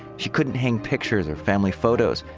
she couldn't hang pictures or family photos.